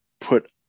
put